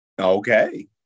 Okay